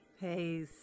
hey